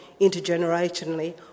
intergenerationally